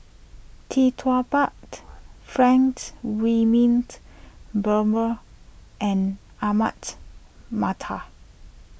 Tee Tua Ba Franks Wilmint Brewer and Ahmad Mattar